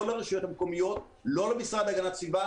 לא לרשויות המקומיות ולא למשרד להגנת הסביבה